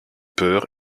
peur